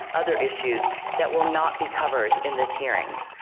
other issues that will not be covered in this hearing.